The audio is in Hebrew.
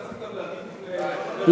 אני עכשיו צריך לריב גם עם חבר הכנסת יצחק כהן?